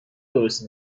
درست